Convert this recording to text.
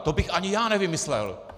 To bych ani já nevymyslel.